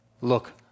Look